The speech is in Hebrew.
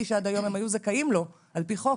שעד היום הם היו זכאים לו על פי חוק,